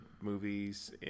movies